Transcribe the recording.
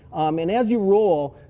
and as you roll,